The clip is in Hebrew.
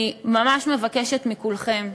אני ממש מבקשת מכולכם,